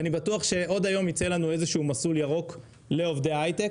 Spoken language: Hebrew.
אני בטוח שעוד היום ייצא לנו איזשהו מסלול ירוק לעובדי היי-טק.